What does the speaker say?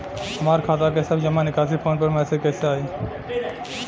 हमार खाता के सब जमा निकासी फोन पर मैसेज कैसे आई?